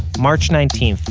march nineteen,